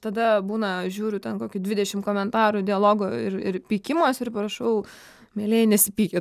tada būna žiūriu ten kokių dvidešimt komentarų dialogo ir ir pykimosi ir parašau mielieji nesipykit